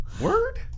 Word